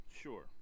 sure